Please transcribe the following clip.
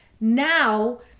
Now